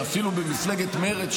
שאפילו במפלגת מרץ,